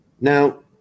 Now